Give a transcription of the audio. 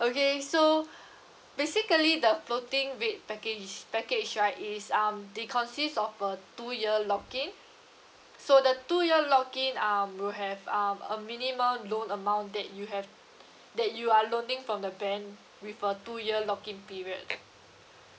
okay so basically the floating rate package package right is um they consist of a two year lock in so the two year lock in um will have um a minimal loan amount that you have that you are loaning from the bank with a two year lock in period